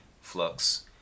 Flux